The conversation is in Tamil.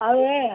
அது